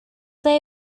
ble